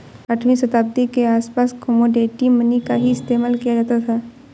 आठवीं शताब्दी के आसपास कोमोडिटी मनी का ही इस्तेमाल किया जाता था